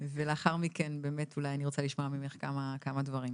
ולאחר מכן באמת אולי ננסה לשמוע ממך כמה דברים.